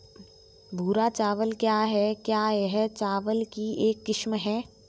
भूरा चावल क्या है? क्या यह चावल की एक किस्म है?